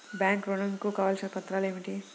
Bank ఋణం కు కావలసిన పత్రాలు ఏమిటి?